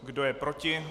Kdo je proti?